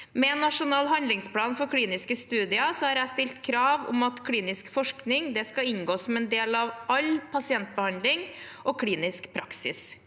Med nasjonal handlingsplan for kliniske studier har jeg stilt krav om at klinisk forskning skal inngå som en del av all pasientbehandling og klinisk praksis.